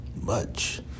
Much